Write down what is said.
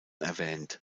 erwähnt